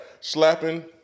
Slapping